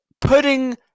putting